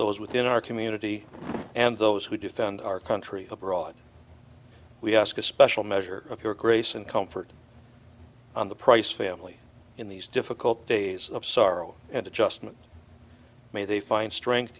those within our community and those who defend our country abroad we ask a special measure of your grace and comfort on the price family in these difficult days of sorrow and adjustment may they find strength